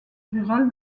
rural